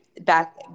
back